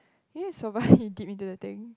ya soba you dip into the thing